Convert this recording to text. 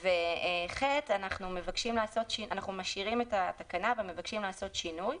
את (ח) אנחנו משאירים אבל מבקשים לעשות שינוי: